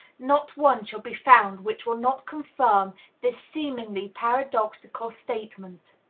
not one shall be found which will not confirm this seemingly paradoxical statement.